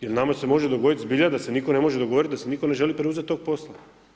Jer nama se može dogoditi zbilja da se nitko ne može dogovoriti da se nitko ne želi preuzeti tog posla.